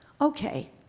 okay